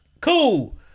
cool